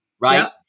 right